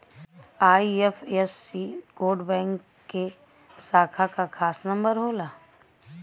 IFSC code bank के शाखा क खास नंबर होला